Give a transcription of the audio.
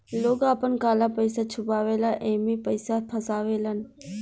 लोग आपन काला पइसा छुपावे ला एमे पइसा फसावेलन